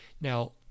Now